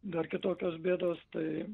dar kitokios bėdos tai